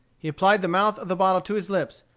he applied the mouth of the bottle to his lips,